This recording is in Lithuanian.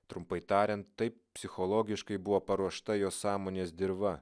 trumpai tariant taip psichologiškai buvo paruošta jos sąmonės dirva